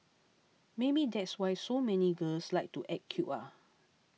maybe that's why so many girls like to act cute ah